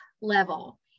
Level